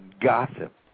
gossip